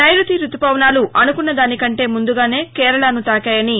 నైరుతి రుతుపవనాలు అనుకున్న దానికంటే ముందుగానే కేరళను తాకాయని